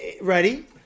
ready